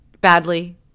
Badly